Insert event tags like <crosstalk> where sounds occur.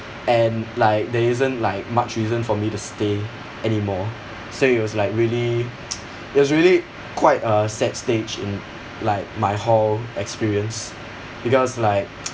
and like there isn't like much reason for me to stay anymore so it was like really <noise> it was really quite a sad stage in like my hall experience because like <noise>